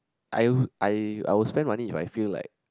I will I I will spend money if I feel like